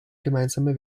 gemeinsame